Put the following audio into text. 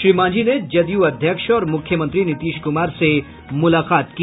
श्री मांझी ने जदयू अध्यक्ष और मुख्यमंत्री नीतीश कुमार से मुलाकात की